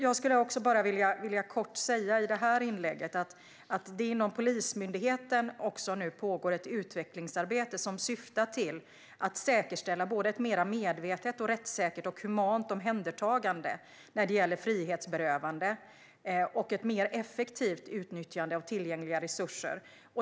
Jag skulle vilja säga kort att det inom Polismyndigheten pågår ett utvecklingsarbete som syftar till att säkerställa såväl ett mer medvetet, rättssäkert och humant omhändertagande när det gäller frihetsberövande som ett mer effektivt utnyttjande av tillgängliga resurser.